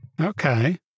Okay